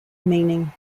meaning